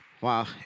Wow